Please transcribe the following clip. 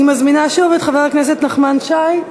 אני מזמינה שוב את חבר הכנסת נחמן שי,